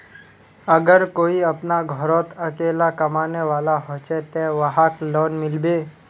अगर कोई अपना घोरोत अकेला कमाने वाला होचे ते वहाक लोन मिलबे?